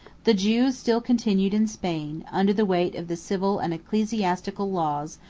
the jews still continued in spain, under the weight of the civil and ecclesiastical laws,